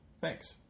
thanks